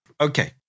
Okay